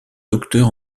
docteur